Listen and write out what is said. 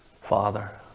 Father